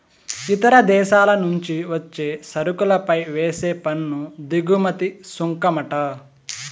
ఇతర దేశాల నుంచి వచ్చే సరుకులపై వేసే పన్ను దిగుమతి సుంకమంట